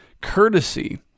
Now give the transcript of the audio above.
courtesy